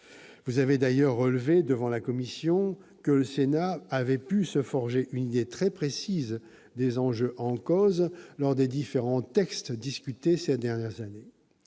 Vous avez d'ailleurs relevé, devant la commission, que le Sénat avait pu se forger une idée très précise des enjeux en cause lors des discussions de différents textes ces dernières années.